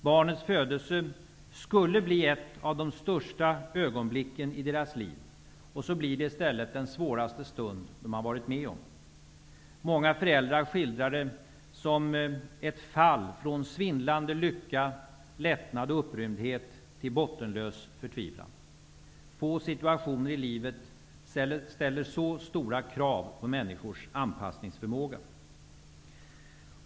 Barnets födelse skulle bli ett av de största ögonblicken i deras liv och så blir det i stället den svåraste stund de har varit med om. Många föräldrar skildrar det som ett fall från svindlande lycka, lättnad och upprymdhet till bottenlös förtvivlan. Få situationer i livet ställer så stora krav på människors anpassningsförmåga.